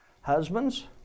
Husbands